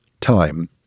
time